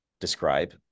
describe